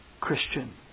Christian